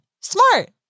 smart